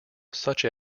such